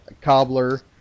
cobbler